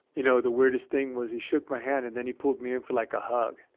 you know, the weirdest thing was he shook my hand and then he pulled me in for like a hug.